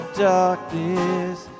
darkness